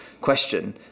question